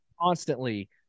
constantly